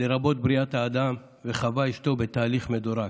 לרבות בריאת האדם וחווה אשתו, בתהליך מדורג